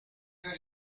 were